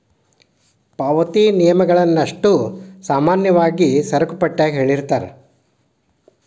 ಪಾವತಿ ನಿಯಮಗಳನ್ನಷ್ಟೋ ಸಾಮಾನ್ಯವಾಗಿ ಸರಕುಪಟ್ಯಾಗ ಹೇಳಿರ್ತಾರ